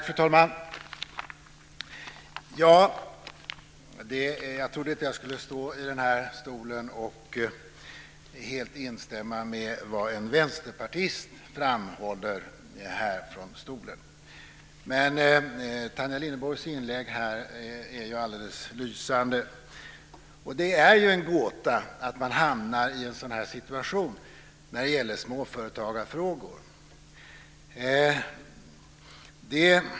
Fru talman! Jag trodde inte att jag skulle stå här i talarstolen och helt instämma i det en vänsterpartist framhållit. Men Tanja Linderborgs inlägg är alldeles lysande. Det är en gåta att man hamnar i en sådan här situation när det gäller småföretagarfrågor.